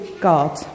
God